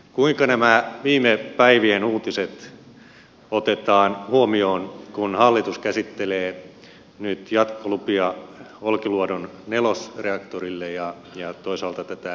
kuinka nämä viime päivien uutiset otetaan huomioon kun hallitus käsittelee nyt jatkolupia olkiluodon nelosreaktorille ja toisaalta tätä fennovoiman ydinvoimalupaa